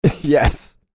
Yes